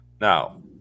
Now